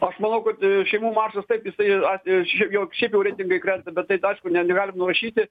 aš manau kad šeimų maršas taip jisai at jo šiaip šiaip jo reitingai krenta bet tai aišku negalim nurašyti